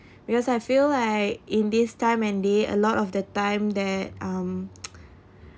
because I feel like in this time and they a lot of the time that um